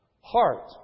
heart